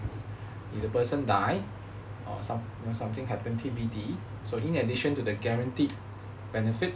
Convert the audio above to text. the person die or some something happened T_B_D so in addition to the guaranteed benefit